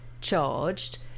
charged